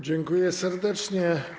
Dziękuję serdecznie.